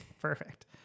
perfect